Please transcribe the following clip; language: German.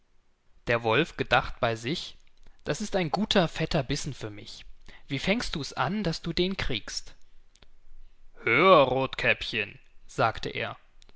der wolf gedacht bei sich das ist ein guter fetter bissen für mich wie fängst dus an daß du den kriegst hör rothkäppchen sagte er